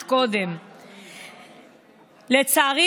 המזכירה,